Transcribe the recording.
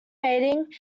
mating